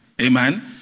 Amen